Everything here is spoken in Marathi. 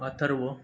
अथर्व